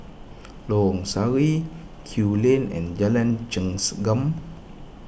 Lorong Sari Kew Lane and Jalan